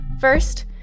First